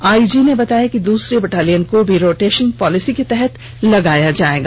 IG ने बताया कि दूसरी बटालियन को भी रोटेशन पॉलिसी के तहत लगाया जाएगा